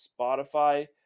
spotify